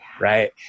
Right